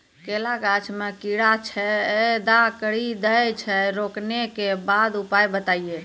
केला गाछ मे कीड़ा छेदा कड़ी दे छ रोकने के उपाय बताइए?